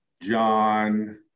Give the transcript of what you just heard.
John